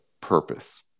purpose